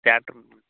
த்யேட்டர்கிட்ட